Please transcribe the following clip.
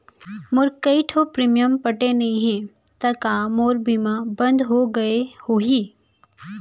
मोर कई ठो प्रीमियम पटे नई हे ता का मोर बीमा बंद हो गए होही?